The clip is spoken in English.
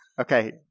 Okay